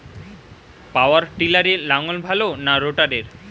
পাওয়ার টিলারে লাঙ্গল ভালো না রোটারের?